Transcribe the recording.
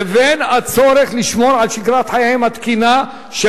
לבין הצורך לשמור על שגרת חייהם התקינה של